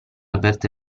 aperte